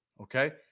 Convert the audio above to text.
Okay